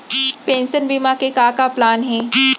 Pension बीमा के का का प्लान हे?